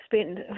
spend